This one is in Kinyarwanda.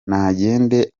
nagende